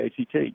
ACT